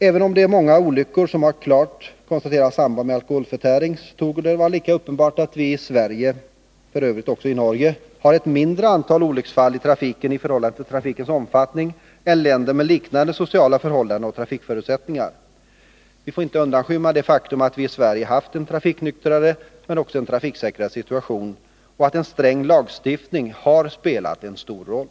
Även om många olyckor kan konstateras ha ett klart samband med alkoholförtäring, torde det vara uppenbart att Sverige, f. ö. också Norge, har ett mindre antal olycksfall i trafiken med hänsyn till trafikens omfattning än länder med liknande sociala förhållanden och trafikförutsättningar. Vi får inte bortse från det faktum att vi i Sverige har haft en trafiknyktrare och också en trafiksäkrare situation, varvid en sträng lagstiftning har spelat en stor roll.